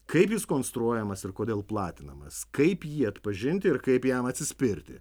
kaip jis konstruojamas ir kodėl platinamas kaip jį atpažinti ir kaip jam atsispirti